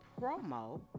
promo